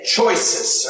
choices